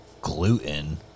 gluten